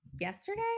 yesterday